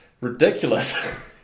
ridiculous